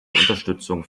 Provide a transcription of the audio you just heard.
unterstützung